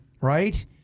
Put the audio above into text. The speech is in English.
right